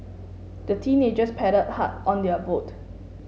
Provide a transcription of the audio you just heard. the teenagers paddled hard on their boat